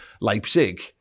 Leipzig